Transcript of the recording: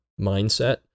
mindset